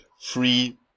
free